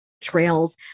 trails